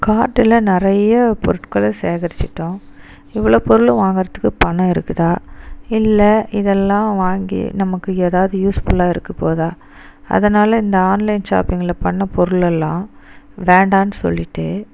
கார்ட்டில் நிறைய பொருட்களை சேகரிச்சுட்டோம் இவ்வளோ பொருளை வாங்கிறதுக்கு பணம் இருக்குதா இல்லை இதை எல்லாம் வாங்கி நமக்கு எதாவது யூஸ்ஃபுல்லாக இருக்க போகுதா அதனால் இந்த ஆன்லைன் ஷாப்பிங்கில் பண்ண பொருள் எல்லாம் வேண்டாம்னு சொல்லிட்டு